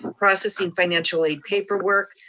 processing financial aid paperwork,